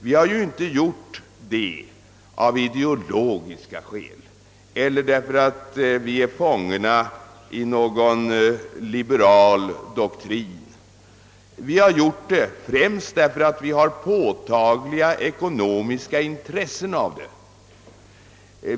Vi har inte gjort det av ideologiska skäl eller därför att vi är fångna i någon liberal doktrin. Vi har gjort det främst därför att vi har påtagliga ekonomiska intressen av det.